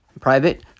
private